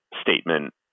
statement